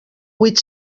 huit